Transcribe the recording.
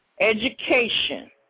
education